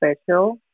special